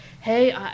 hey